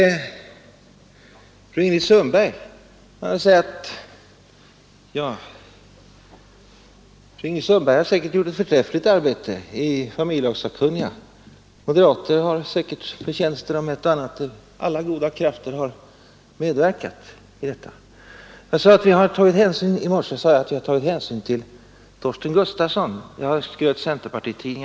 Fru Sundberg har säkert gjort ett förträffligt arbete i familjelagssakkunniga; här har alla goda krafter medverkat. Centertidningarna skröt ett tag med att vi tagit hänsyn till Torsten Gustafssons uppfattning.